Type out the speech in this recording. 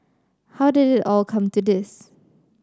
how did it all come to this